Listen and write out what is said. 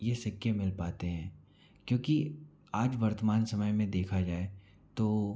ये सिक्के मिल पाते हैं क्योंकि आज वर्तमान समय में देखा जाए तो